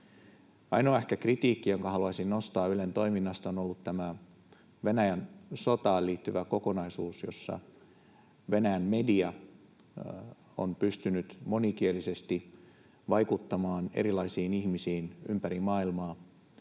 Ainoa ehkä kritiikki, jonka haluaisin nostaa Ylen toiminnasta, on ollut tämä Venäjän sotaan liittyvä kokonaisuus, jossa Venäjän media on pystynyt monikielisesti vaikuttamaan erilaisiin ihmisiin ympäri maailmaa.